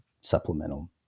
supplemental